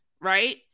right